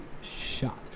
shot